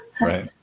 right